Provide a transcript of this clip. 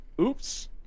oops